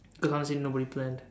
cause honestly nobody planned